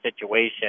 situation